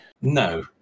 No